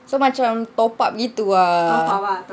so macam top up gitu ah